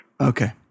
okay